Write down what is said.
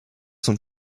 sont